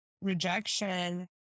rejection